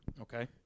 Okay